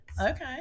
Okay